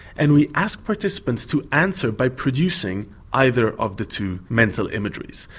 and we asked participants to answer by producing either of the two mental imageries.